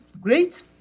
great